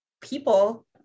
people